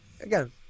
Again